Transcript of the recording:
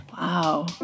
Wow